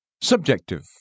Subjective